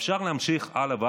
אפשר להמשיך הלאה והלאה,